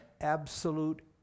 absolute